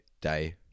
Day